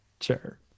sure